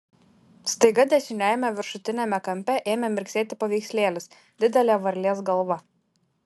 staiga dešiniajame viršutiniame kampe ėmė mirksėti paveikslėlis didelė varlės galva